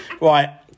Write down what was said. right